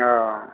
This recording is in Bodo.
औ